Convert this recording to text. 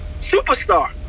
Superstar